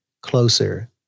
closer